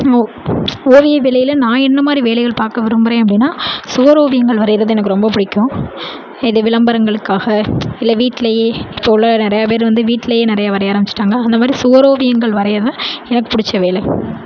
ஓ ஓவிய வேலையிலே நான் என்ன மாதிரி வேலைகள் பார்க்க விரும்புகிறேன் அப்படினா சுவரோவியங்கள் வரைகிறது எனக்கு ரொம்ப பிடிக்கும் இது விளம்பரங்களுக்காக இல்லை வீட்டிலையே இப்போ உள்ள நிறையா பேர் வந்து வீட்டிலையே நிறையா வரைய ஆரம்பிச்சிட்டாங்க அந்த மாதிரி சுவரோவியங்கள் வரையதுதான் எனக்கு பிடிச்ச வேலை